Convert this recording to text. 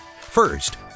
First